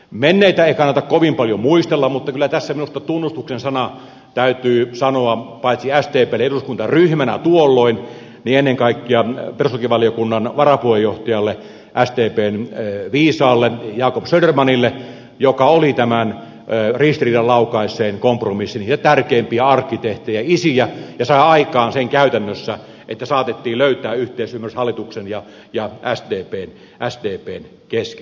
menneitä ei kannata kovin paljon muistella mutta kyllä tässä minusta tunnustuksen sana täytyy sanoa paitsi sdplle eduskuntaryhmänä tuolloin niin ennen kaikkea perustuslakivaliokunnan varapuheenjohtajalle sdpn viisaalle jakob södermanille joka oli tämän ristiriidan laukaisseen kompromissin tärkeimpiä arkkitehtejä isiä ja sai aikaan sen käytännössä että saatettiin löytää yhteisymmärrys hallituksen ja sdpn kesken